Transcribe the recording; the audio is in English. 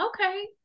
Okay